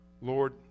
Lord